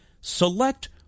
Select